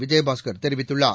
விஜயபாஸ்கர் தெரிவித்துள்ளார்